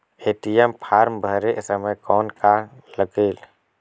ATM form भरे समय कौन का लगेल?